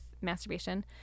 masturbation